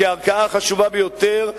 כערכאה החשובה ביותר,